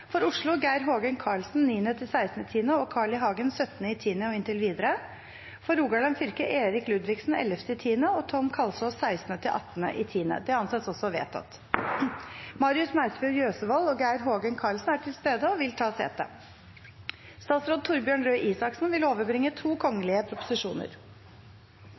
For Oslo: Geir Hågen Karlsen 9.–16. oktober og Carl I. Hagen 17. oktober og inntil videre For Rogaland fylke: Erik Ludvigsen 11. oktober og Tom Kalsås 16.–18. oktober Marius Meisfjord Jøsevold og Geir Hågen Karlsen er til stede og vil ta sete.